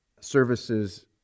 services